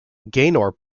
gaynor